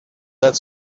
that